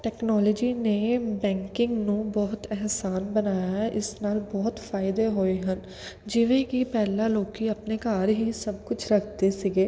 technology ਨੇ banking ਨੂੰ ਬਹੁਤ ਆਸਾਨ ਬਣਾਇਆ ਹੈ ਇਸ ਨਾਲ ਬਹੁਤ ਫਾਇਦੇ ਹੋਏ ਹਨ ਜਿਵੇਂ ਕਿ ਪਹਿਲਾ ਲੋਕ ਆਪਣੇ ਘਰ ਹੀ ਸਭ ਕੁਝ ਰੱਖਦੇ ਸੀਗੇ